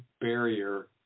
barrier